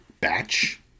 batch